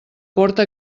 porta